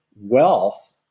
wealth